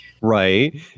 Right